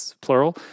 plural